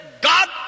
God